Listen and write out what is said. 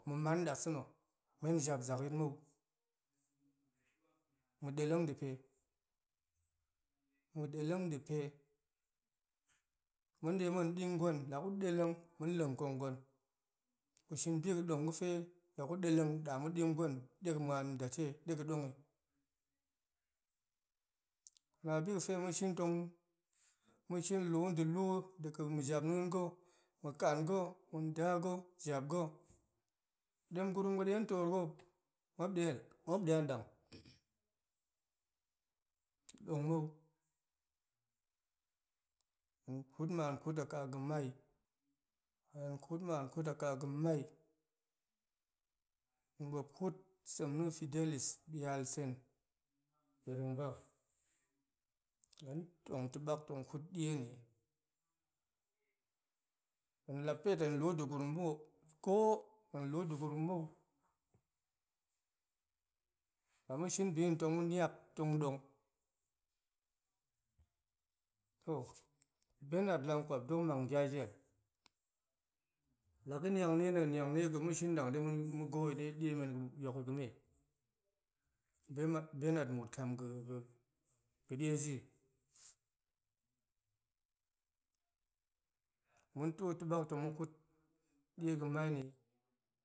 Ma̱ man dasa̱na̱ man jap zak yit mou ma̱ deleng depe ma̱ deleng depe ma̱ de tong ma̱ ding gwen la gu deleng ma̱leng kong gwen gu shin biga̱tong ga̱fe lagu deleng daama̱ ding gwen dega̱ muani detei dega̱ tongi na bi ga̱fe tong ma̱ shin lu de lu daga ma̱ jap nien ga̱ ma̱ kan ga̱ ma̱ nda ga̱ jap g̱a̱ dem gurum ga̱ de toor ga̱ ma̱p de ma̱p de adang? Dong muk, hen kut man a kut kaa ga̱mai, hen kut man a kut kaa ga̱mai hen ɓop kut sem na̱ a fidelis bialsen biringba hen tong to bak tong kut dieni, hen la pet hen luut degurum ba̱ok ko hen luut degurum mou la ma̱ shin bi na̱ ma̱ niap tong dong to benard langkwap dok mang gya ji la ga̱ niang nie na̱ niang nie ga̱ ma̱ shin dang dema̱ ka̱i de diemen ga̱ yoki ga̱me be benard muut kam ga̱ ga̱ die ji ma̱ tiot to bak tong ma̱ kut die ga̱mai ni,